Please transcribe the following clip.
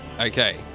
Okay